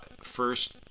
first